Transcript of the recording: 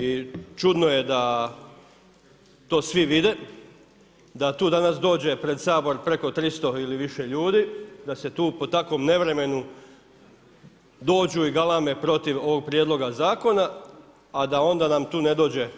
I čudno je da svi vide, da tu danas dođe pred Sabor preko 300 ili više ljudi da se tu po takvom nevremenu dođu i galame protiv ovog prijedloga zakona, a da onda nam tu ne dođe